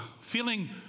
feeling